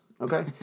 Okay